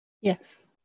Yes